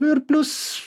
nu ir plius